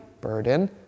burden